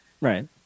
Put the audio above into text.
Right